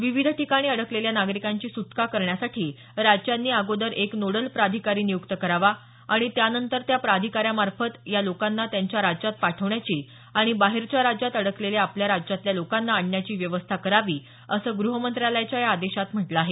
विविध ठिकाणी अडकलेल्या नागरिकांची सुटका करण्यासाठी राज्यांनी अगोदर एक नोडल प्राधिकारी नियुक्त करावा आणि त्यानंतर त्या प्राधिकाऱ्यामार्फत या लोकांना त्यांच्या राज्यात पाठवण्याची आणि बाहेरच्या राज्यात अडकलेल्या आपल्या राज्यातल्या लोकांना आणण्याची व्यवस्था करावी असं ग्रहमंत्रालयाच्या या आदेशात म्हटलं आहे